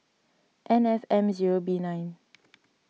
N F M zero B nine